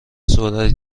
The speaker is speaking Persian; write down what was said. سرعت